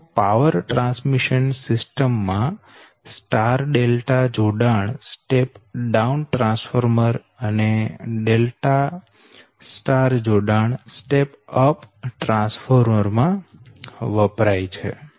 તો power transmission system માટે star delta જોડાણ સ્ટેપ ડાઉન ટ્રાન્સફોર્મર અને ડેલ્ટા સ્ટાર જોડાણ સ્ટેપ અપ ટ્રાન્સફોર્મર માં વપરાય છે